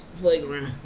playground